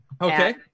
Okay